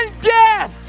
death